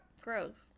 Gross